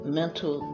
mental